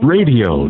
Radio